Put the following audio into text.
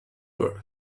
birth